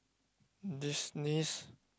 Disney's